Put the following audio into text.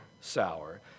sour